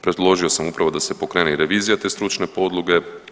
Predložio sam upravo da se pokrene i revizija te Stručne podloge.